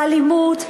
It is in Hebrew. לאלימות.